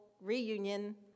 reunion